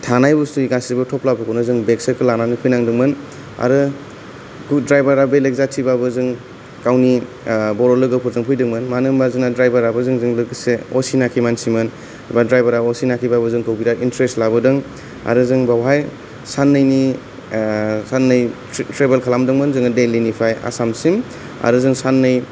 थानाय बुस्तुनि थफ्लाफोरखौनो जों बेग सेगखौ लानानै फैनांदोंमोन आरो ड्राइबारा बेलेक जातिबाबो जों गावनि बर' लोगोफोरजों फैदोंमोन मानो होनोबा जोंना ड्रायबाराबो जोंजों लोगोसे असिनाकि मानसिमोन बे ड्राइबारा जोंखौ असिनाकि मानसिबाबो बेराद इन्टारेस्ट लाबोदों आरो जों बेवहाय साननैनि साननै ट्रेबेल खालामदोंमोन जोङो देल्लिनिफ्राय आसामसिम आरो जों साननै